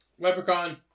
Leprechaun